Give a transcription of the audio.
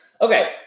Okay